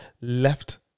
Left